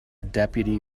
deputy